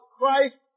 Christ